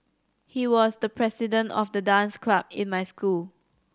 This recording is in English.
he was the president of the dance club in my school